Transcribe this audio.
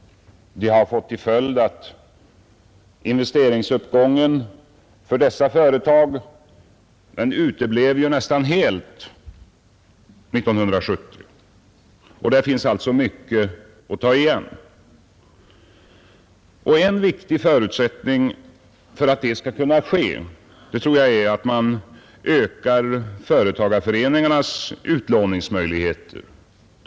Det fick till följd att investeringsuppgången för dessa företag uteblev nästan helt 1970. Där finns alltså mycket att ta igen, och en viktig förutsättning för att det skall kunna ske tror jag är att man ökar företagarföreningarnas utlåningsmöjligheter.